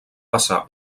passar